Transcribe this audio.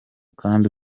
kandi